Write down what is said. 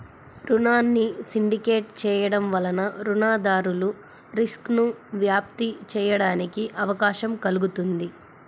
రుణాన్ని సిండికేట్ చేయడం వలన రుణదాతలు రిస్క్ను వ్యాప్తి చేయడానికి అవకాశం కల్గుతుంది